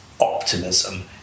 Optimism